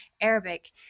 Arabic